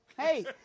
Hey